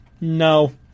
No